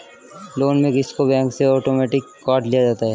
loan में क़िस्त को बैंक से आटोमेटिक काट लिया जाता है